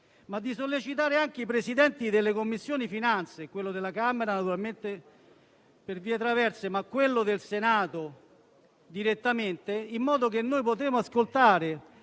ma di sollecitare anche i Presidenti delle Commissioni finanze, quello della Camera naturalmente per vie traverse e quello del Senato direttamente, in modo da poter ascoltare